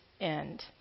end